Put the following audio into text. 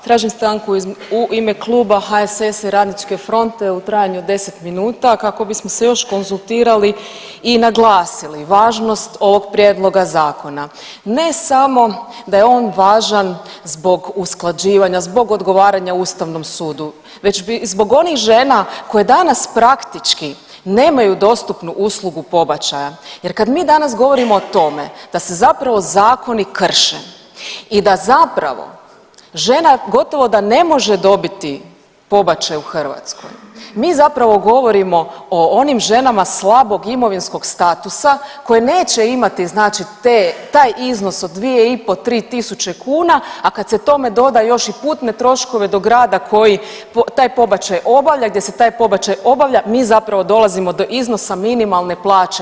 Tražim stanku u ime kluba HSS-a i RF-a u trajanju od 10 minuta kako bismo se još konzultirali i naglasili važnost ovog prijedloga zakona ne samo da je on važan zbog usklađivanja zbog odgovaranja ustavnom sudu, već zbog onih žena koje danas praktički nemaju dostupnu uslugu pobačaja jer kad mi danas govorimo o tome da se zapravo zakoni krše i da zapravo žena gotovo da ne može dobiti pobačaj u Hrvatskoj, mi zapravo govorimo o onim ženama slabog imovinskog statusa koje neće imati taj iznos od 2,5, 3.000 kuna, a kad se tome doda i još putne troškove do grada koji taj pobačaj obavlja, gdje se taj pobačaj obavlja mi zapravo dolazimo do iznosa minimalne plaće.